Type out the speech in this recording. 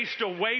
away